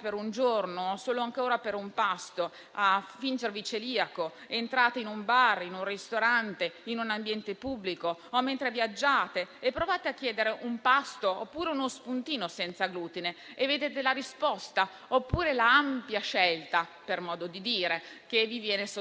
per un giorno o solo per un pasto a fingere di essere celiaco e a entrare in un bar, in un ristorante, in un ambiente pubblico o a viaggiare e provate a chiedere un pasto oppure uno spuntino senza glutine e vedrete la risposta oppure l'ampia scelta - per modo di dire - che vi viene sottoposta.